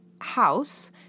House